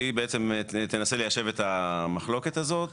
שהיא בעצם תנסה ליישב את המחלוקת הזאת,